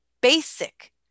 basic